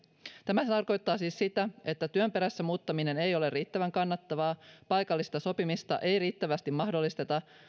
tämä tarkoittaa siis sitä että työn perässä muuttaminen ei ole riittävän kannattavaa paikallista sopimista ei riittävästi mahdollisteta